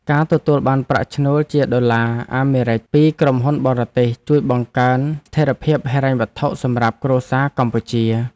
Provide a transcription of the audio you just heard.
ការទទួលបានប្រាក់ឈ្នួលជាដុល្លារអាមេរិកពីក្រុមហ៊ុនបរទេសជួយបង្កើនស្ថិរភាពហិរញ្ញវត្ថុសម្រាប់គ្រួសារកម្ពុជា។